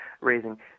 raising